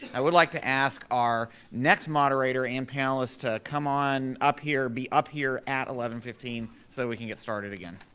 i would like to ask our next moderator and panelists to come on up here, be up here at eleven fifteen so that we can get started again.